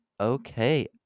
Okay